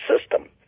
system